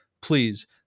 Please